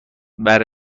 اوبر